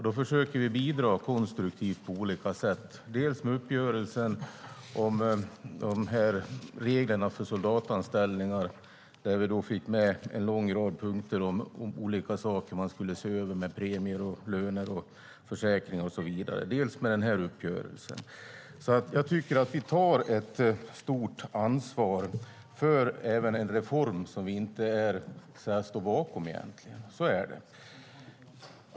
Då försöker vi bidra konstruktivt på olika sätt, dels med uppgörelsen om reglerna för soldatanställningar där vi fick med en lång rad punkter om olika saker som man skulle se över när det gäller premier, löner, försäkringar och så vidare, dels med denna uppgörelse. Jag tycker därför att vi tar ett stort ansvar för en reform som vi egentligen inte står bakom. Så är det.